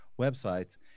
websites